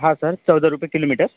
हा सर चौदा रुपये किलोमीटर